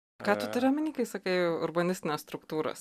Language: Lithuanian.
ką tu turi omeny kai sakai urbanistinės struktūros